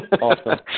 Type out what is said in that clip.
Awesome